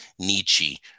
Nietzsche